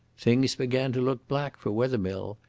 things began to look black for wethermill.